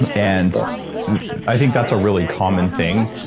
and i think that's a really common thing.